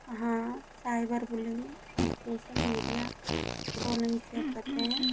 हाँ cyber bullying और social media trollings किया करते हैं